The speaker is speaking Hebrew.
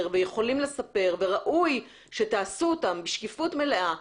ויכולים לספר וראוי שתעשו אותם בשקיפות מלאה,